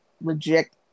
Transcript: reject